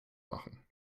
machen